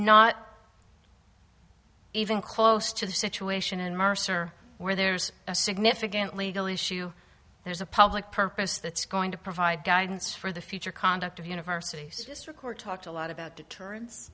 not even close to the situation in mercer where there's a significant legal issue there's a public purpose that's going to provide guidance for the future conduct of universities this record talked a lot about deterren